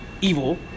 evil